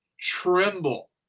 tremble